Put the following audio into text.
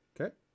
Okay